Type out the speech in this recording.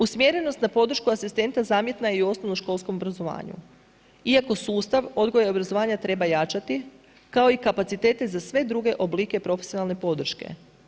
Usmjerenost na podršku asistenta zamjetna je i u osnovnoškolskom obrazovanju, iako sustav odgoja i obrazovanja treba jačati kao i kapacitete za sve druge oblike profesionalne podrške.